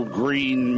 green